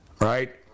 right